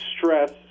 stress